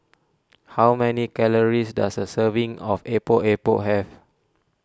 how many calories does a serving of Epok Epok have